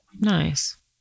Nice